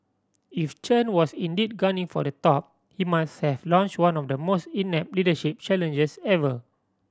if Chen was indeed gunning for the top he must have launch one of the most inept leadership challenges ever